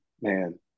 man